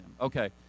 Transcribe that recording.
Okay